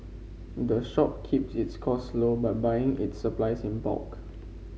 the shop keeps its costs low by buying its supplies in bulk